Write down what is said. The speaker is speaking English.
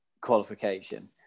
qualification